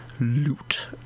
loot